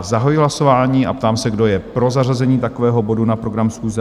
Zahajuji hlasování a ptám se, kdo je pro zařazení takového bodu na program schůze?